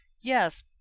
Yes